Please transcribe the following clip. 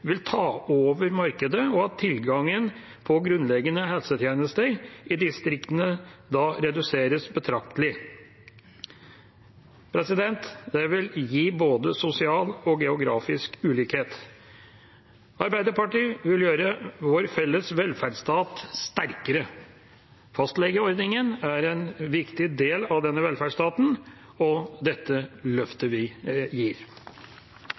vil ta over markedet, og at tilgangen på grunnleggende helsetjenester i distriktene da reduseres betraktelig. Det vil gi både sosial og geografisk ulikhet. Arbeiderpartiet vil gjøre vår felles velferdsstat sterkere. Fastlegeordningen er en viktig del av denne velferdsstaten, og dette